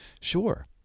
Sure